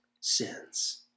sins